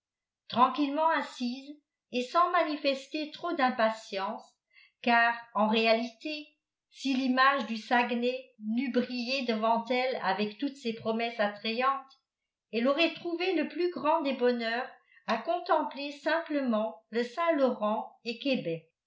tranquillement assise et sans manifester trop d'impatience car en réalité si l'image du saguenay n'eût brillé devant elle avec toutes ses promesses attrayantes elle aurait trouvé le plus grand des bonheurs à contempler simplement le saint-laurent et québec